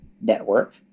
network